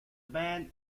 band